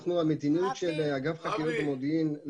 למדיניות של אגף החקירות ומודיעין.